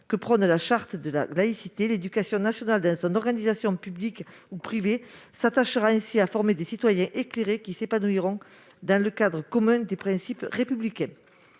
que prône la charte de la laïcité. L'éducation nationale, dans son organisation publique ou privée, s'attachera ainsi à former des citoyens éclairés qui s'épanouiront dans le cadre commun de principes républicains.